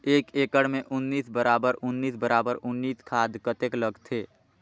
एक एकड़ मे उन्नीस बराबर उन्नीस बराबर उन्नीस खाद कतेक लगथे?